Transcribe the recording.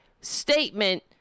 statement